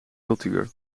cultuur